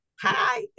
hi